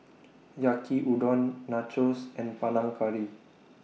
Yaki Udon Nachos and Panang Curry